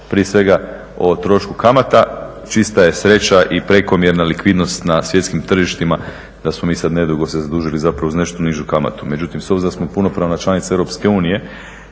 prije svega o trošku kamata. Čista je sreće i prekomjerna likvidnost na svjetskim tržištima da smo mi sad nedugo se zadužili zapravo uz nešto nižu kamatu. Međutim, s obzirom da smo punopravna članica EU, kad bi